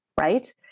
right